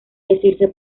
decirse